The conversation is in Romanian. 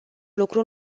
lucru